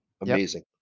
Amazing